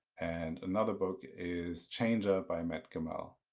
and another book is changer by matt gemmell.